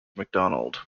macdonald